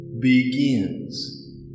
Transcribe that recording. Begins